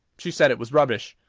she said it was rubbish.